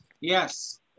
yes